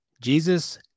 Jesus